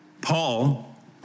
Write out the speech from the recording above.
Paul